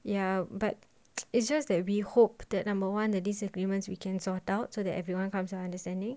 ya but it's just that we hope that number one disagreements we can sort out so that everyone comes to an understanding